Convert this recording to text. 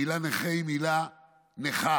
המילה "נכה" היא מילה נכה,